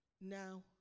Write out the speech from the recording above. Now